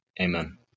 Amen